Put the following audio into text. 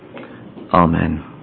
Amen